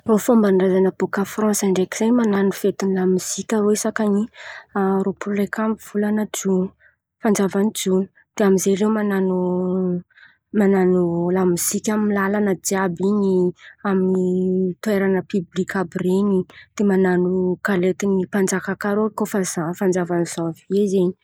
Fômban-drazana bôka franse ndreky zen̈y manano fety la mizika irô hisakany, rôpolo areky amby volana jona fanjava ny jona. De amizay irô manano manano la mozika amin'ny lalàna jiàby in̈y, amin'ny toerana pibilika àby ren̈y, de manano kalety panjaka koa rô kô fa zava zanvie zen̈y.